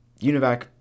UNIVAC